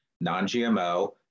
non-GMO